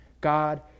God